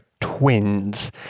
Twins